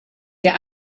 der